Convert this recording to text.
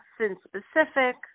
sin-specific